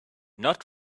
not